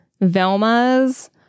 Velma's